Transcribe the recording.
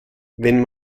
wenn